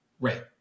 Right